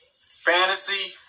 fantasy